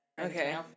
Okay